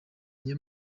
niyo